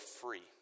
free